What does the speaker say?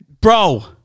Bro